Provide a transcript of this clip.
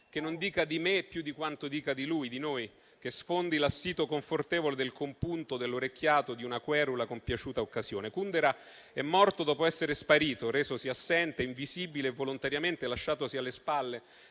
Che non dica di me più di quanto dica di lui, di noi? Che sfondi l'assito confortevole del compunto, dell'orecchiato, di una querula compiaciuta occasione? Milan Kundera è morto dopo essere sparito, resosi assente, invisibile, volontariamente lasciatosi alle spalle,